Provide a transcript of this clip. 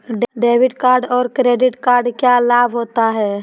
Debit card और credit card क्या लाभ होता है?